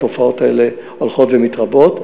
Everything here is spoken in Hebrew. התופעות האלה הולכות ומתרבות,